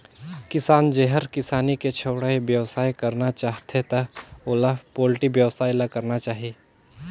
किसान जेहर किसानी के छोयड़ बेवसाय करना चाहथे त ओला पोल्टी बेवसाय ल करना चाही